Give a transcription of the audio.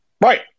Right